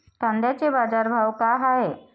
कांद्याचे बाजार भाव का हाये?